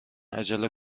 عجله